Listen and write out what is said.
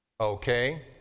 okay